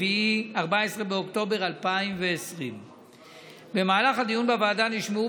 14 באוקטובר 2020. במהלך הדיון בוועדה נשמעו